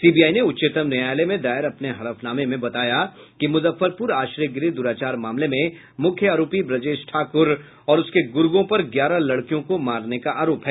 CBI ने उच्चतम न्यायालय में दायर अपने हलफनामे में बताया कि मुजफ्फरपुर आश्रय गृह दुराचार मामले में मुख्य आरोपी ब्रजेश ठाकुर और उसके गुर्गों पर ग्यारह लड़कियों को मारने का आरोप है